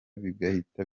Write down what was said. bigahita